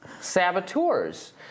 saboteurs